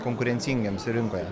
konkurencingiems rinkoje